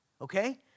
okay